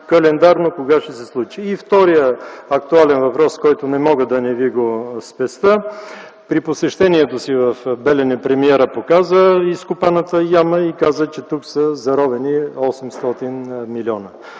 Календарно кога ще се случи? И вторият въпрос, който не мога да Ви спестя – при посещението с в „Белене” премиерът показа изкопаната яма и каза, че тук са заровени 800 милиона.